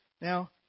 Now